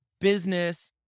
business